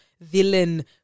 villain